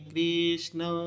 Krishna